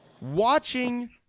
Watching